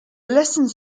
lessons